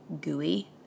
gooey